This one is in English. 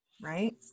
right